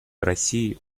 россии